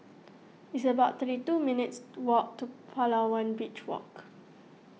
it's about thirty two minutes' walk to Palawan Beach Walk